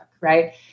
right